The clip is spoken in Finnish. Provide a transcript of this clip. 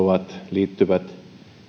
liittyvät